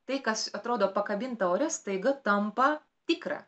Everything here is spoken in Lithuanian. tai kas atrodo pakabinta ore staiga tampa tikra